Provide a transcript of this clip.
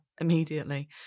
immediately